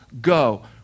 go